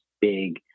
big